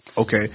Okay